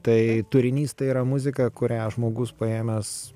tai turinys tai yra muzika kurią žmogus paėmęs